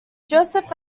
joseph